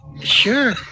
Sure